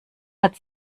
hat